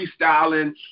freestyling